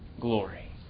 glory